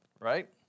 right